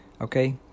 okay